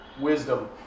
Wisdom